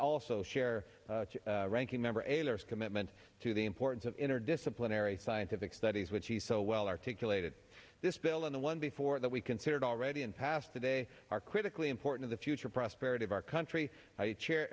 also share ranking member commitment to the importance of interdisciplinary scientific studies which he so well articulated this bill in the one before that we considered already and passed today are critically important the future prosperity of our country share